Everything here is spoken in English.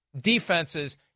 defenses